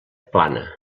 plana